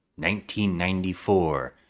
1994